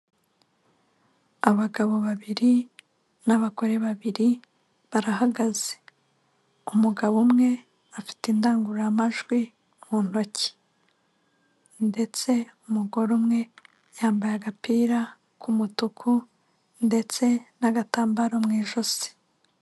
Abagabo babiri n'abagore babiri barahagaze, umugabo umwe afite indangururamajwi mu ntoki ndetse umugore umwe yambaye agapira k'umutuku ndetse n'agatambaro mu ijosi.